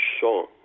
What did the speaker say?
song